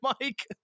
Mike